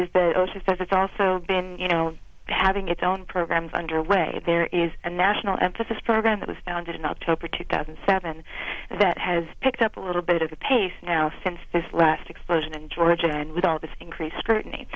is that most of those it's also been you know having its own programs underway there is a national emphasis program that was founded in october two thousand and seven that has picked up a little bit of the pace now since this last explosion in georgia and with all the increased scrutiny